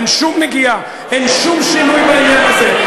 אין שום נגיעה, אין שום שינוי בעניין הזה.